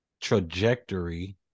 trajectory